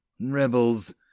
rebels